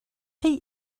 chi